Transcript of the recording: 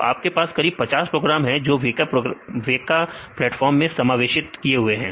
तो हमारे पास करीब 50 प्रोग्राम है जो कि वेका प्लेटफार्म समावेश किए हुए हैं